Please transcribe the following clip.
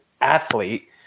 athlete